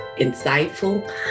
insightful